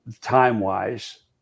time-wise